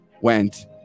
went